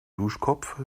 duschkopf